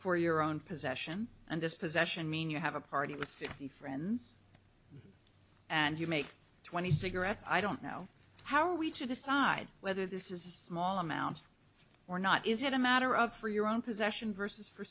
for your own possession and dispossession mean you have a party with the friends and you make twenty cigarettes i don't know how are we to decide whether this is a small amount or not is it a matter of for your own possession vs for